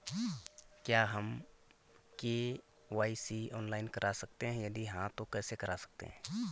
क्या हम KYC online करा सकते हैं यदि हाँ तो कैसे करा सकते हैं?